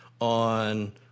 on